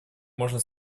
можно